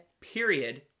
Period